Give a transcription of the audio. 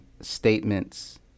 statements